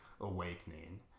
awakening